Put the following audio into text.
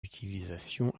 utilisation